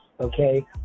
Okay